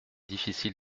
difficile